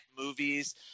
movies